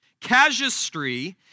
Casuistry